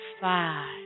five